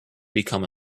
become